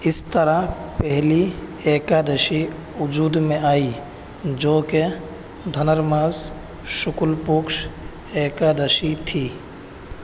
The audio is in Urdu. اس طرح پہلی ایکادشی وجود میں آئی جو کہ دھنرماس شکل پکش ایکادشی تھی